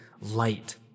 light